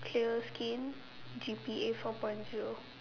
clear skin G_P_A four point zero